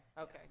Okay